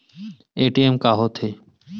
ATM का होथे?